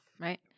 Right